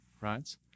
Right